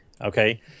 Okay